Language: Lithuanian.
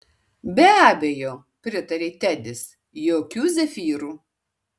be abejo pritarė tedis jokių zefyrų